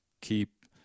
keep